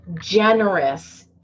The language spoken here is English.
generous